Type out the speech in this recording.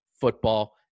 football